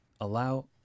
allow